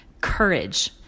courage